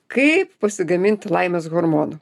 kaip pasigaminti laimės hormonų